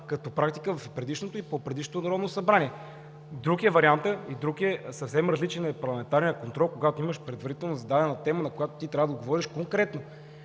като практика в предишното и по-предишното Народно събрание. Съвсем различен е парламентарният контрол, когато имаш предварително зададена тема, на която трябва да отговориш конкретно.